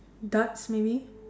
darts maybe